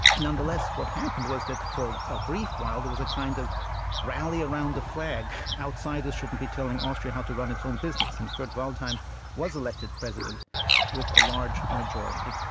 nonetheless, what happened was that for a brief while there was a kind of rally around the flag outsiders shouldn't be telling austria how to run its own business. and kurt waldheim was elected president with a large majority.